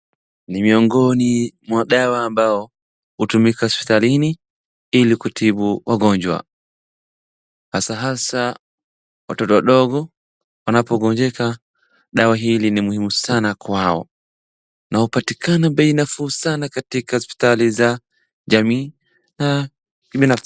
Ni miongoni mwa dawa ambayo hutumika hospitalini ili kutibu wagonjwa, hasaa watoto wadogo wanapogonjeka dawa hili ni muhimu sana kwao na upatikana bei nafuu sana katika hospitali za jamii na kibinafsi.